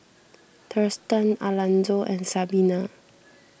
Thurston Alanzo and Sabina